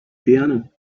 piano